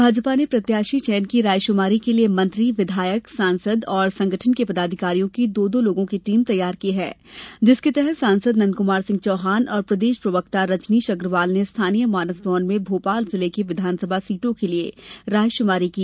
भाजपा ने प्रत्याशी चयन की रायशुमारी के लिए मंत्री विधायक सांसद और संगठन के पदाधिकारियों की दो दो लोगों की टीम तैयार की है जिसके तहत सांसद नंदकुमार सिंह चौहान और प्रदेश प्रवक्ता रजनीश अग्रवाल ने स्थानीय मानस भवन में भोपाल जिले की विधानसभा सीटों के लिए रायशुमारी की